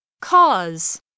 Cause